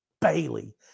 Bailey